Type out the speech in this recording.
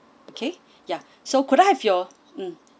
okay ya so could I have your mm